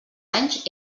anys